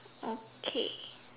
okay